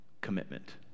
Commitment